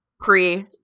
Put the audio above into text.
Pre